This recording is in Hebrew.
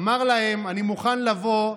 אמר להם: אני מוכן לבוא,